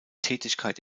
tätigkeit